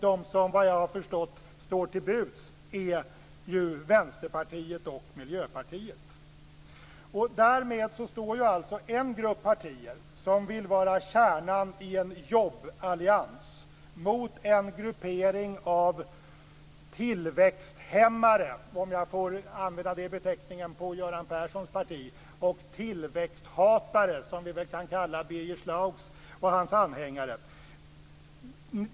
De som vad jag har förstått står till buds är Vänsterpartiet och Därmed står alltså en grupp partier som vill vara kärnan i en jobballians mot en gruppering av tillväxthämmare - om jag får använda den beteckningen på Göran Perssons parti - och tillväxthatare - som vi väl kan kalla Birger Schlaug och hans anhängare.